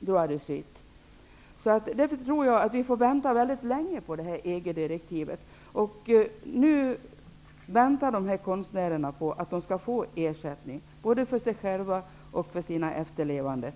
droit de suite. Jag tror mot denna bakgrund att vi kommer att få vänta länge på EG-direktivet. Konstnärerna väntar nu på att få ersättning. Det gäller både dem själva och deras efterlevande.